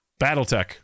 Battletech